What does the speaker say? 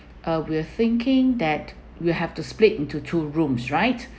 uh we're thinking that we'll have to split into two rooms right